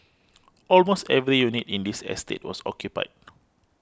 almost every unit in this estate was occupied